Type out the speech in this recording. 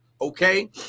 Okay